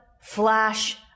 flash